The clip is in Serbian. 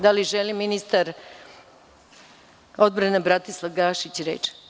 Da li želi ministar odbrane Bratislav Gašić reč?